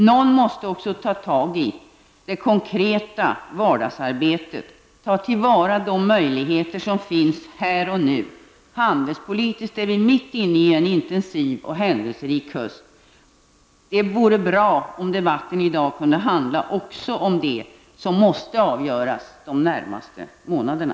Någon måste också ta tag i det konkreta vardagsarbetet -- ta till vara de möjligheter som finns här och nu. Handelspolitiskt är vi mitt inne i en intensiv och händelserik höst. Det vore bra om debatten i dag kunde handla också om det som måste avgöras de närmaste månaderna.